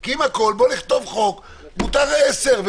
כי אם הכול אז בואו נכתוב חוק: מותר להטיל קנס של 10,000 ש"ח,